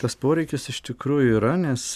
tas poreikis iš tikrųjų yra nes